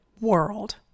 world